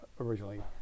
originally